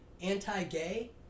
anti-gay